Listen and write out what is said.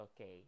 Okay